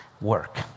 work